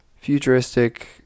futuristic